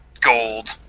gold